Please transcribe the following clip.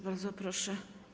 Bardzo proszę.